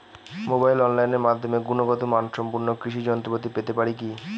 মোবাইলে অনলাইনের মাধ্যমে গুণগত মানসম্পন্ন কৃষি যন্ত্রপাতি পেতে পারি কি?